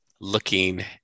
looking